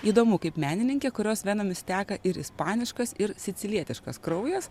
įdomu kaip menininkė kurios venomis teka ir ispaniškas ir sicilietiškas kraujas